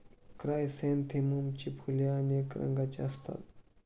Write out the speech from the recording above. क्रायसॅन्थेममची फुले अनेक रंगांची असतात